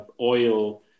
oil